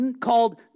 called